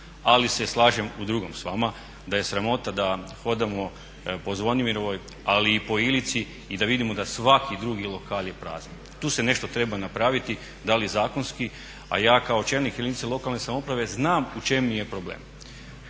Ali se slažem u drugom s vama, da je sramota da hodamo po Zvonimirovoj ali i po Ilici i da vidimo da svaki drugi lokal je prazan. Tu se nešto treba napraviti, da li zakonski. A ja kao čelnik jedinice lokalne samouprave znam u čemu je problem.